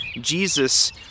jesus